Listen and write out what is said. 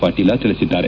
ಪಾಟೀಲ ತಿಳಿಸಿದ್ದಾರೆ